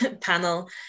Panel